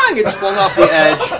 gets flung off the edge,